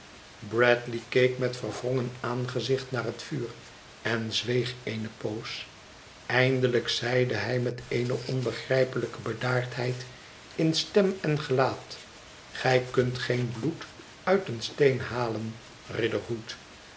bradley keek pet verwrongen aangezicht naar het vuur en zweeg eene poos eindelijk zeide hij met eene onbegrijpelijke bedaardheid in stem en gelaat gij kunt geen bloed uit een steen halen